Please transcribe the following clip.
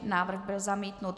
Návrh byl zamítnut.